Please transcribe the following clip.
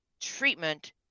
treatment